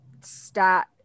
stat